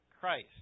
Christ